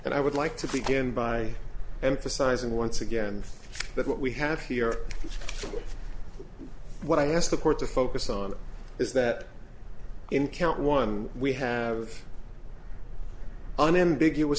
and i would like to begin by emphasizing once again that what we have here what i asked the court to focus on is that in count one we have unambiguous